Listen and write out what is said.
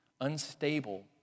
unstable